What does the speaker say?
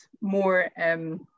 more